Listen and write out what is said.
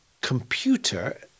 computer